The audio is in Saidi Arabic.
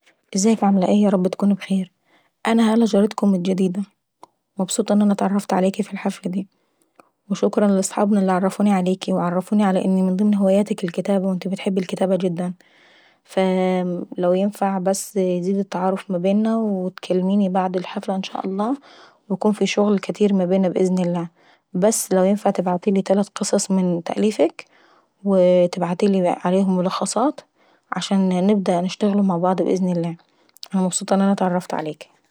ازيك عاملة ايه يارب تكوني بخير. انا هنا جارتكم الجديدي، مبسوطة اني اتعرفت عليكي في الحفلة داي وشكرا لاصحابنا اللي عرفوني عليكي، وعرفوني ان من ضمن هواياتك الكتابة وانتي بتحبي الكتابة جدا. لو ينفع بس يزيد التعارف ما بيننيي و تكلميني بعد الحفلة ان شاء الله ويكون في شغل كااتير ما بينا باذن الله. بس لو ينفع تبعتيلي تلات قصص من تأليفك وو تبعتيلي عليهم ملخصات عشان نبدا نشتغل عليهم باذن الله. وانا مبسوطة ان انا اتعرفت عليكاي.